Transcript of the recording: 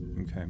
Okay